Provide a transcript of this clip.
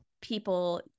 people